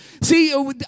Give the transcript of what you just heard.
See